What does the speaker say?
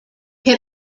can